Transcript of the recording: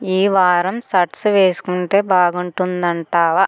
ఈ వారం షర్ట్స్ వేసుకుంటే బాగుంటుంది అంటావా